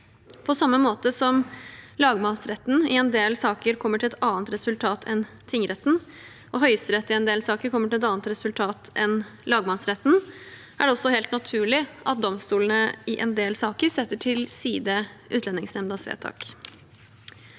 På samme måte som lagmannsretten i en del saker kommer til et annet resultat enn tingretten, og Høyesterett i en del saker kommer til et annet resultat enn lagmannsretten, er det også helt naturlig at domstolene i en del saker setter til side Utlendingsnemndas vedtak.